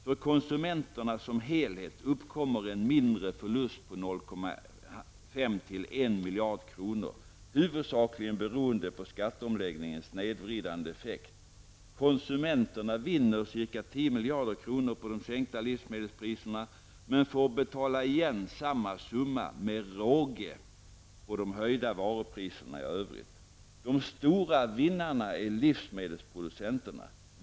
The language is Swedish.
För konsumenterna som helhet uppkommer en mindre förlust på 0,5--1 miljard kronor, huvudsakligen beroende på skatteomläggningens snedvridande effekt. Konsumenterna vinner ca 10 miljarder kronor på de sänkta livsmedelspriserna, men får betala igen samma summa med råge på de höjda varupriserna i övrigt. De stora vinnarna är livsmedelsproducenterna.